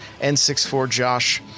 n64josh